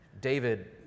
David